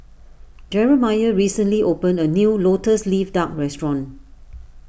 Jeremiah recently opened a new Lotus Leaf Duck restaurant